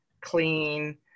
clean